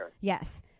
yes